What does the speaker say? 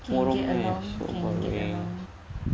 tomorrow maths